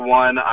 one